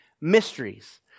mysteries